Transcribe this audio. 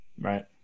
Right